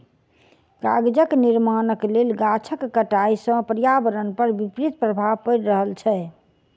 कागजक निर्माणक लेल गाछक कटाइ सॅ पर्यावरण पर विपरीत प्रभाव पड़ि रहल छै